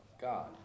God